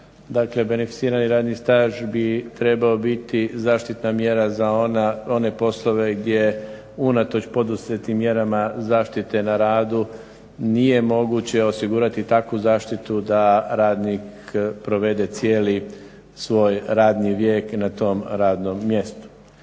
beneficirani radni staž bi trebao biti zaštitna mjera za one poslove gdje unatoč poduzetim mjerama zaštite na radu nije moguće osigurati takvu zaštitu da radnik provede cijeli svoj radni vijek na tom radnom mjestu.